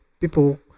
people